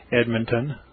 Edmonton